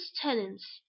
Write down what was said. tenants